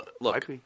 look